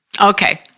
Okay